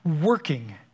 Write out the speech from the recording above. working